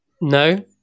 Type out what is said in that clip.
no